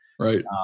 Right